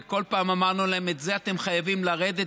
כל פעם אמרנו להם: מזה אתם חייבים לרדת,